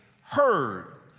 heard